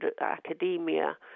academia